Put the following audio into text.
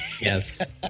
Yes